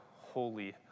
holy